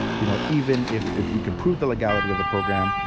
you know, even if if we can prove the legality of the program,